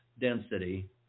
density